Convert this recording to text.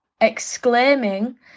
exclaiming